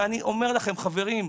ואני אומר לכם חברים,